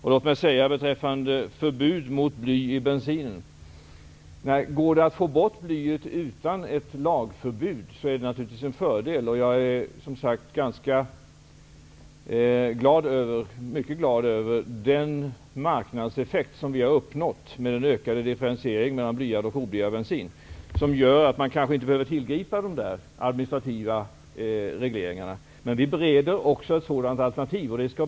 Sedan har vi frågan om förbud mot bly i bensinen. Det är naturligtvis en fördel om det går att få bort blyet utan ett lagförbud. Jag är mycket glad över den marknadseffekt vi har uppnått med den ökade differentieringen mellan blyad och oblyad bensin. Vi kanske inte behöver tillgripa några administrativa regleringar. Men vi bereder också ett sådant alternativ.